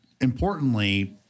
importantly